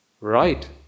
right